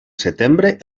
setembre